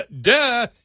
duh